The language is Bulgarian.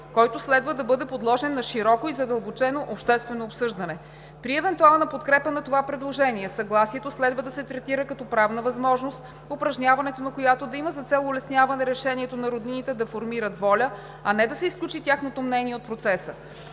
който следва да бъде подложен на широко и задълбочено обществено обсъждане. При евентуална подкрепа на това предложение съгласието следва да се третира като правна възможност, упражняването на която да има за цел улесняване решението на роднините да формират воля, а не да се изключи тяхното мнение от процеса.